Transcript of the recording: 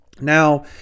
Now